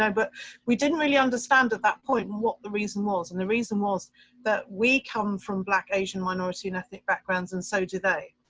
um but we didn't really understand at that point. and what the reason was. and the reason was that we come from black asian minority and ethnic backgrounds and so do they,